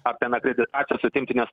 apie akreditacijas atimti nes